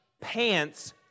pants